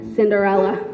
Cinderella